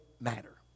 matter